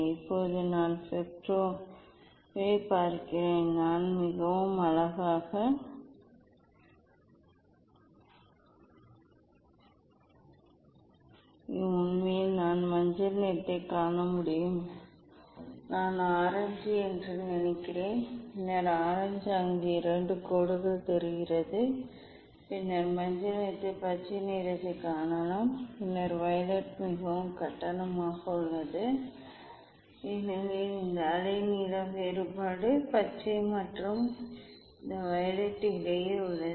இப்போது நான் ஸ்பெக்ட்ராவைப் பார்க்கிறேன் நான் மிகவும் அழகாக ஸ்பெக்ட்ராவைப் பார்க்க முடியும் உண்மையில் நான் மஞ்சள் நிறத்தைக் காண முடியும் நான் ஆரஞ்சு என்று நினைக்கிறேன் பின்னர் ஆரஞ்சு அங்கு 2 கோடுகள் தெரிகிறது பின்னர் மஞ்சள் நிறத்தில் பச்சை நிறத்தைக் காணலாம் பின்னர் வயலட் மிகவும் கட்டணம் உள்ளது ஏனெனில் இந்த அலைநீள வேறுபாடு பச்சை மற்றும் இந்த வயலட் இடையே உள்ளது